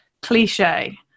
cliche